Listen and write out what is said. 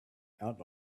out